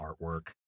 artwork